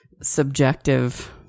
subjective